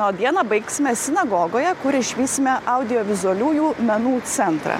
o dieną baigsime sinagogoje kur išvysime audiovizualiųjų menų centrą